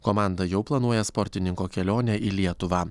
komanda jau planuoja sportininko kelionę į lietuvą